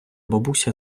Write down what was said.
бабуся